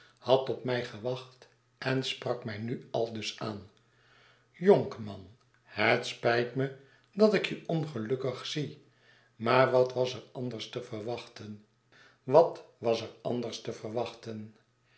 had op mij gewacht en sprak mij nu aldus aan jonkman het spijt me dat ik jeongelukkig zie maar wat was er anders te verwachten wat was er anders te verwachten